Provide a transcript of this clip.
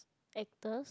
actors